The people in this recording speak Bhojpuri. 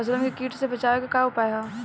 फसलन के कीट से बचावे क का उपाय है?